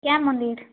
କ୍ୟା ମନ୍ଦିର୍